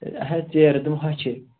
ہے ژیرٕ دِ ہۅچھِ